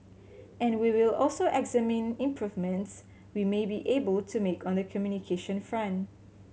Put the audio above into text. and we will also examine improvements we may be able to make on the communication front